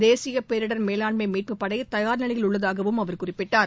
தேசிய பேரிடர் மேலாண்மை மீட்புப்படை தயார் நிலையில் உள்ளதாகவும் அவர் குறிப்பிட்டார்